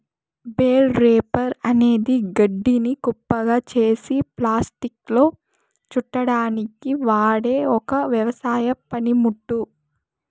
bale wrapper అనేది గడ్డిని కుప్పగా చేసి ప్లాస్టిక్లో చుట్టడానికి వాడె ఒక వ్యవసాయ పనిముట్టు